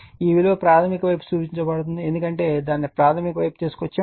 ఈ విలువ ప్రాధమిక వైపుకు సూచించబడుతుంది ఎందుకంటే దానిని ప్రాధమిక వైపుకు తీసుకువచ్చాము